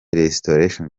restoration